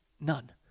None